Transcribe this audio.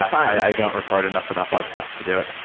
i don't record enough of that podcast to do it.